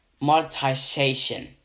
monetization